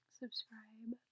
subscribe